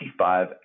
55